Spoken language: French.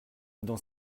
dans